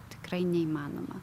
tikrai neįmanoma